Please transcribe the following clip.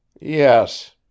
Yes